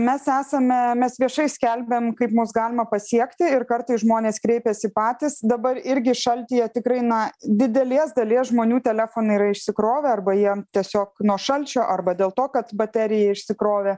mes esame mes viešai skelbiam kaip mus galima pasiekti ir kartais žmonės kreipiasi patys dabar irgi šaltyje tikrai na didelės dalies žmonių telefonai išsikrovę arba jie tiesiog nuo šalčio arba dėl to kad baterija išsikrovė